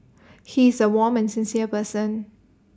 he is A warm and sincere person